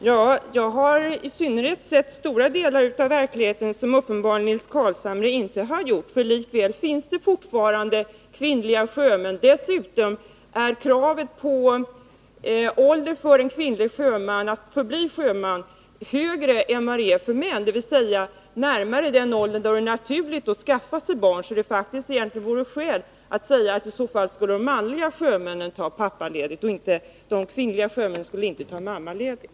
Herr talman! Jag har sett stora delar av en verklighet som uppenbarligen inte Nils Carlshamre har sett. Men likväl finns det kvinnliga sjömän. Dessutom krävs det att kvinnor skall ha en högre ålder än vad som gäller för män för att få bli sjömän, dvs. att kvinnorna är närmare den ålder då det är naturligt att skaffa sig barn. Egentligen vore det därför skäl att säga att de manliga sjömännen skulle kunna ta pappaledigt i stället för att säga att de kvinnliga sjömännen skulle kunna ta mammaledigt.